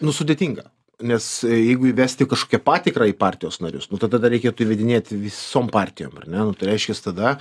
nu sudėtinga nes jeigu įvesti kažkokią patikrą į partijos narius nu tada dar reikėtų įvedinėti visom partijom ar ne nu tai reiškias tada